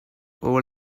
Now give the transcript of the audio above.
over